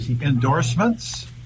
endorsements